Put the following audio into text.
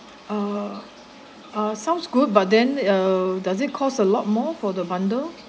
uh sounds good but then uh does it cost a lot more for the bundle